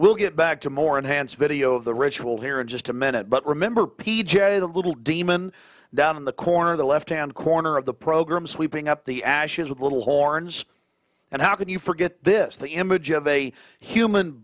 we'll get back to more enhanced video of the ritual here in just a minute but remember p j the little demon down in the corner the left hand corner of the program sweeping up the ashes with little horns and how can you forget this the image of a human